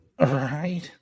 right